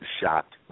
shocked